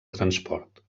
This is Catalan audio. transport